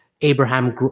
Abraham